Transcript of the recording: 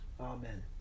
Amen